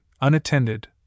unattended